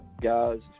guys